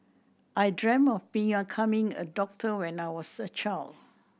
I dreamt of being a coming a doctor when I was a child